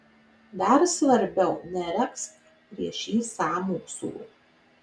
dar svarbiau neregzk prieš jį sąmokslo